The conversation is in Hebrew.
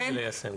כן.